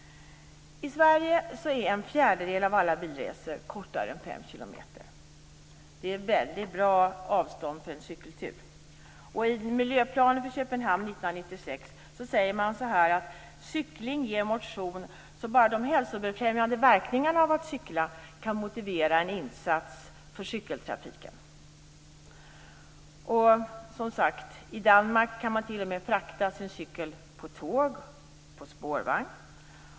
I Sverige är en fjärdedel av alla bilresor kortare än 5 kilometer. Det är ett väldigt bra avstånd för en cykeltur. I miljöplanen för Köpenhamn 1996 står det att cykling ger motion och att bara de hälsofrämjande verkningarna av att cykla kan motivera en insats för cykeltrafiken. I Danmark kan man t.o.m. frakta sin cykel på tåg och spårvagnar.